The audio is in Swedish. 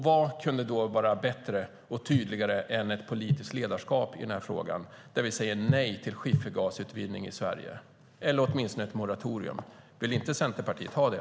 Vad kunde vara bättre och tydligare än ett politiskt ledarskap i den här frågan där vi säger nej till skiffergasutvinning i Sverige eller åtminstone inför ett moratorium? Vill inte Centerpartiet ha det?